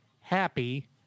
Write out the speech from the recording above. happy